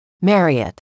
Marriott